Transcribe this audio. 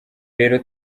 rero